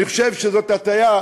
אני חושב שזאת הטעיה,